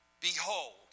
Behold